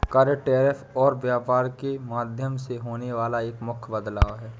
कर, टैरिफ और व्यापार के माध्यम में होने वाला एक मुख्य बदलाव हे